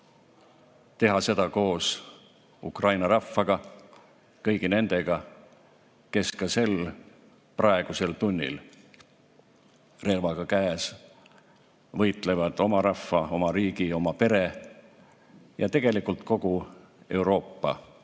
teha seda koos Ukraina rahvaga, kõigi nendega, kes ka praegusel tunnil, relv käes, võitlevad oma rahva, oma riigi, oma pere ja tegelikult kogu Euroopa õiguse